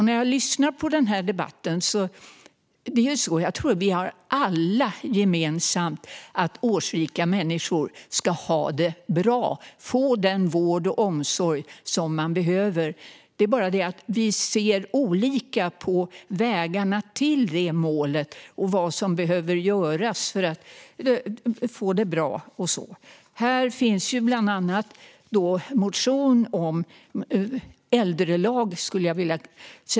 När jag lyssnar till debatten hör jag att vi alla tycker att årsrika människor ska ha det bra och få den vård och omsorg som de behöver. Vi ser bara olika på vägarna till detta mål och på vad som behöver göras för att de ska få det bra. Här finns bland annat en motion om en äldrelag.